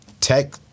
Tech